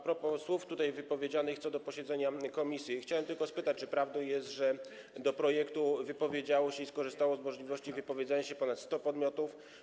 propos słów tutaj wypowiedzianych co do posiedzenia komisji chciałem tylko spytać, czy prawdą jest, że w sprawie projektu wypowiedziało się i skorzystało z możliwości wypowiedzenia się ponad 100 podmiotów.